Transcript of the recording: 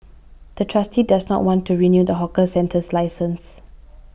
the trustee does not want to renew the hawker centre's license